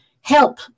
Help